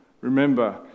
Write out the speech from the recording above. remember